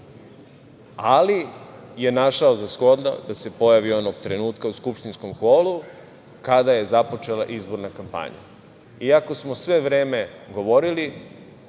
ali je našao za shodno da se pojavi onog trenutka u skupštinskom holu kada je započela izborna kampanja, iako smo sve vreme govorili